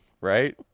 right